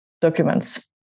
documents